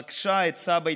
היא פגשה את סבא,